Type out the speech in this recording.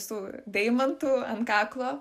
su deimantu ant kaklo